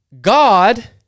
God